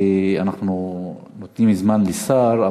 נותנים זמן לשר,